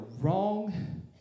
wrong